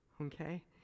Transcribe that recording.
okay